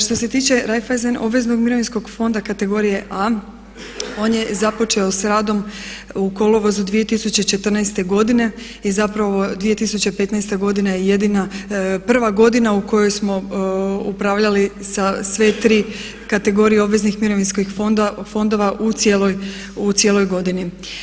Što se tiče Reiffeisen obveznog mirovinskog fonda kategorije 2 on je započeo s radom u kolovozu 2014. godine i zapravo 2015. godine je jedina prva godina u kojoj smo upravljali sa sve tri kategorije obveznih mirovinskih fondova u cijeloj godini.